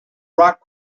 rock